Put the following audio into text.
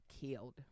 killed